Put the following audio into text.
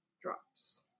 drops